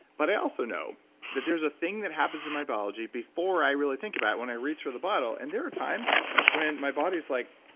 but i also know that there's a thing that happens in my biology before i really think about it when i reach for the bottle, and there are times when my body's like,